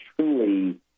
truly